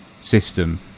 system